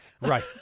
Right